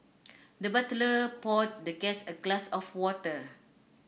the butler poured the guest a glass of water